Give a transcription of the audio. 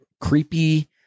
creepy